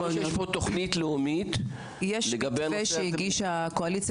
אומרים שיש פה תוכנית לאומית לגבי --- יש מתווה שהגישה הקואליציה